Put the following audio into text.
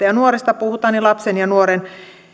ja nuoresta puhutaan niin lapsen ja nuoren